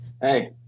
hey